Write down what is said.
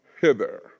hither